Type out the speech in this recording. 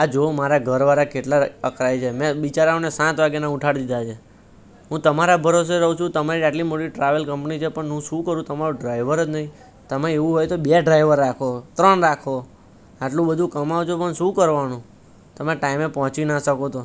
આ જો મારા ઘરવાળા કેટલાં અકળાય છે મેં બિચારાને સાત વાગ્યાના ઉઠાડી દીધાં છે હું તમારા ભરોસે રહું છું તમારી આટલી મોટી ટ્રાવેલ કંપની છે પણ હું શું કરું તમારો ડ્રાઇવર જ નથી તમે એવું હોય તો બે ડ્રાઇવર રાખો ત્રણ રાખો આટલું બધું કમાવો છો પણ શું કરવાનું તમે ટાઇમે પહોંચી ન શકો તો